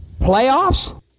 Playoffs